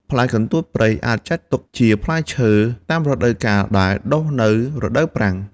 ផ្លែកន្ទួតព្រៃអាចចាត់ទុកជាផ្លែឈើតាមរដូវកាលដែលដុះនៅរដូវប្រាំង។